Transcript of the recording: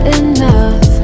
enough